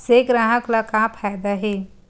से ग्राहक ला का फ़ायदा हे?